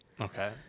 Okay